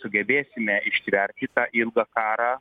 sugebėsime ištverti tą ilgą karą